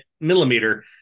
millimeter